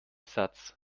satz